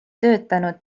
töötanud